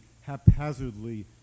haphazardly